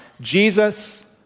Jesus